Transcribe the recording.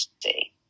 day